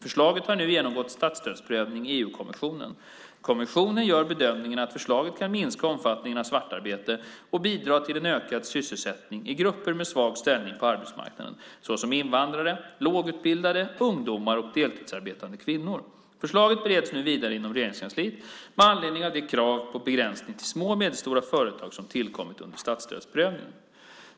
Förslaget har nu genomgått statsstödsprövning i EU-kommissionen. Kommissionen gör bedömningen att förslaget kan minska omfattningen av svart arbete och bidra till en ökad sysselsättning i grupper med svag ställning på arbetsmarknaden, såsom invandrare, lågutbildade, ungdomar och deltidsarbetande kvinnor. Förslaget bereds nu vidare inom Regeringskansliet med anledning av det krav på begränsning till små och medelstora företag som tillkommit under statsstödsprövningen.